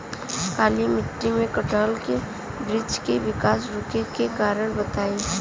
काली मिट्टी में कटहल के बृच्छ के विकास रुके के कारण बताई?